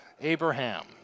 Abraham